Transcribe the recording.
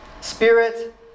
Spirit